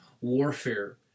warfare